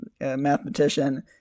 mathematician